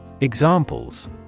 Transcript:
Examples